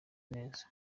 neza